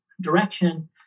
direction